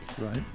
Right